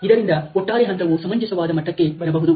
ಇದರಿಂದ ಒಟ್ಟಾರೆ ಹಂತವು ಸಮಂಜಸವಾದ ಮಟ್ಟಕ್ಕೆ ಬರಬಹುದು